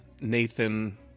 Nathan